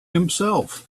himself